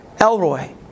Elroy